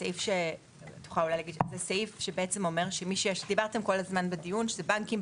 בדיון כל הזמן דיברתם על הבנקים,